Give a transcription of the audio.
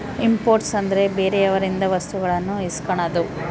import ಅಂದ್ರೆ ಬೇರೆಯವರಿಂದ ವಸ್ತುಗಳನ್ನು ಇಸ್ಕನದು